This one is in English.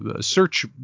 search